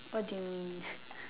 what do you mean